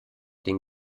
den